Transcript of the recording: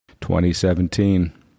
2017